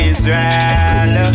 Israel